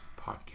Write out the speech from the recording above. Podcast